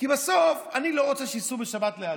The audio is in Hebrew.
כי אני לא רוצה שייסעו בשבת לידי,